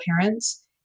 parents